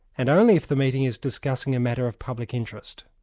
and only if the meeting is discussing a matter of public interest.